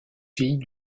filles